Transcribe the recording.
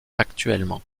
actuellement